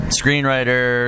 screenwriter